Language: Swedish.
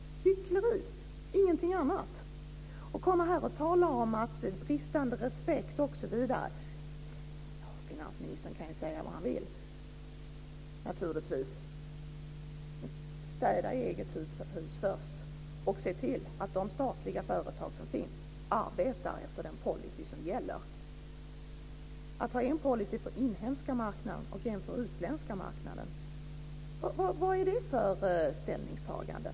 Hyckleri, och ingenting annat! Att komma hit och tala om bristande respekt osv. - ja, finansministern kan säga vad han vill naturligtvis. Men städa framför eget hus först och se till att de statliga företag som finns arbetar efter den policy som gäller. Att ha en policy på den inhemska marknaden och en annan på den utländska marknaden - vad är det för ställningstagande?